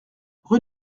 rue